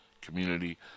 community